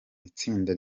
itsinda